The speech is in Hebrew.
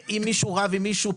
אם מישהו רב עם מישהו,